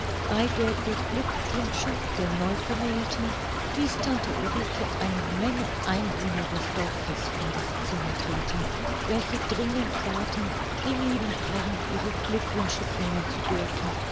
bei der beglückwünschung der neuvermählten ließ tante ulrike eine menge einwohner des dorfes in das zimmer treten welche dringend baten dem lieben herrn ihre glückwünsche bringen zu dürfen